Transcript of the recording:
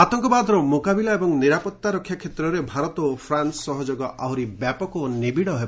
ଆତଙ୍କବାଦର ମୁକାବିଲା ଏବଂ ନିରାପତ୍ତାରକ୍ଷା କ୍ଷେତ୍ରରେ ଭାରତ ଓ ଫ୍ରାନ୍ନର ସହଯୋଗ ଆହୁରି ବ୍ୟାପକ ଓ ନୀବିଡ ହେବ